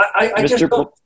Mr